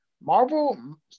Marvel